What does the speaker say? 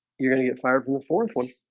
you're gonna get fired from the fourth one